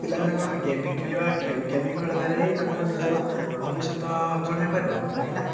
ପିଲାମାନେ କ'ଣ ଗେମିଂ ଖେଳିବା ଗେମିଂ ଖେଳ ଦେଲେ ହିଁ ତାଙ୍କର ନିଜର ଭବିଷ୍ୟତ ଉଜ୍ଜଳ ହୋଇପାରିବ କହିଁକିନା